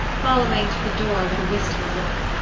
following to the door with a wistful look.